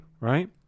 Right